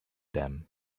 them